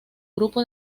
grupo